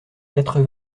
quatre